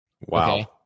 Wow